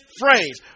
phrase